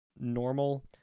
normal